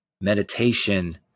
Meditation